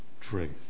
truth